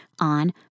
on